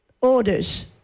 orders